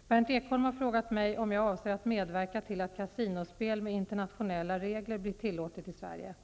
Herr talman! Berndt Ekholm har frågat mig om jag avser att medverka till att kasinospel med internationella regler blir tillåtet i Sverige.